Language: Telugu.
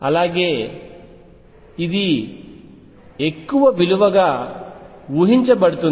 అలాగే ఇది ఎక్కువ విలువగా ఊహించబడుతుంది